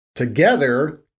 Together